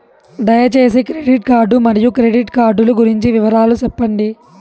దయసేసి credit card మరియు credit card లు గురించి వివరాలు సెప్పండి?